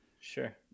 Sure